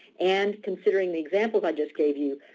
and considering the examples i just gave you,